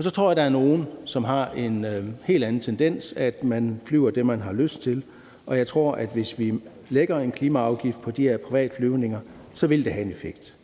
Så tror jeg, at der er nogle, som har en helt anden tendens, nemlig at de flyver det, de har lyst til, og jeg tror, at hvis vi lægger en klimaafgift på de her privatflyvninger, vil det have en effekt.